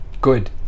good